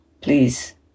please